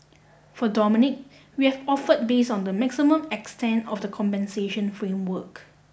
for Dominique we have offered based on the maximum extent of the compensation framework